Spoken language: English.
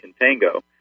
contango